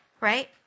Right